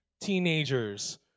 teenagers